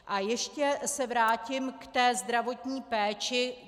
A ještě se vrátím k té zdravotní péči.